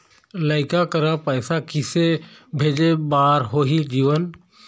लइका करा पैसा किसे भेजे बार होही जीवन